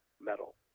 metal